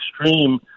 extreme